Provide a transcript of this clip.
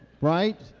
right